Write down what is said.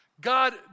God